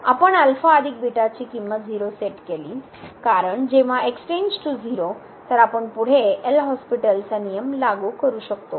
आपण ची किंमत 0 सेट केली कारण जेंव्हा तर आपण पुढे एल हॉस्पिटलचा नियम लागू करू शकतो